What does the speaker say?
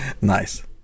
nice